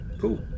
Cool